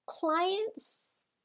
Clients